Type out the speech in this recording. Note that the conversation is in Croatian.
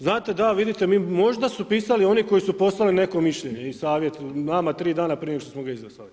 Znate da, vidite mi, možda su pisali oni koji su poslali neko mišljenje i savjet nama tri dana prije nego što smo ga izglasali.